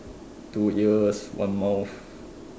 two ears one mouth